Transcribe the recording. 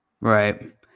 right